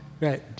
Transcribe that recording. Right